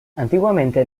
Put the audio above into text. antiguamente